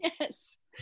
Yes